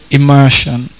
Immersion